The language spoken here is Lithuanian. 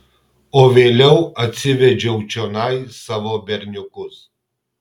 o vėliau atsivedžiau čionai savo berniukus